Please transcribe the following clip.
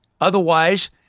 Otherwise